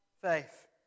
faith